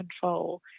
control